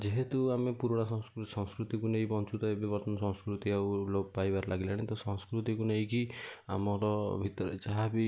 ଯେହେତୁ ଆମେ ପୁରୁଣା ସଂସ୍କୃତିକୁ ନେଇ ବଞ୍ଚୁଛେ ଏବେ ବର୍ତ୍ତମାନ ସଂସ୍କୃତି ଆଉ ଲୋପ ପାଇବାରେ ଲାଗିଲାଣି ତ ସଂସ୍କୃତିକୁ ନେଇକି ଆମର ଭିତରେ ଯାହାବି